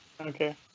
okay